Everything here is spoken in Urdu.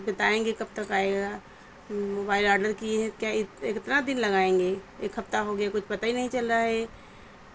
بتائیں گے کب تک آئے گا موبائل آڈر کیے ہیں کیا اتنا دن لگائیں گے ایک ہفتہ ہو گیا کچھ پتا ہی نہیں چل رہا ہے